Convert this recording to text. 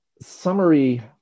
summary